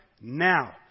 now